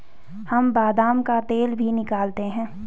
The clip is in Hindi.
हम बादाम का तेल भी निकालते हैं